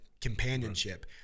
companionship